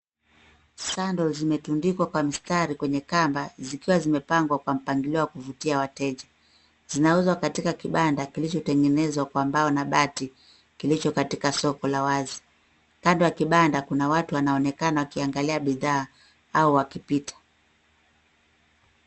Sandal zimetundikwa kwa mstari kwenye kamba, zikiwa zimepangwa kwa mpangilio wa kuvutia wateja. Zinauzwa katika kibanda kilichotengenezwa kwa mbao na bati, kilicho katika soko la wazi. Kando ya kibanda kuna watu wanaonekana, wakiangalia bidhaa au wakipita.